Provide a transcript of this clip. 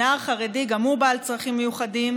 נער חרדי, גם הוא בעל צרכים מיוחדים,